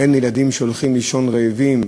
אין ילדים שהולכים לישון רעבים,